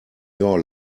your